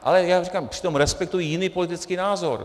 Ale jak říkám, přitom respektuji jiný politický názor.